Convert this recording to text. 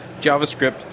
JavaScript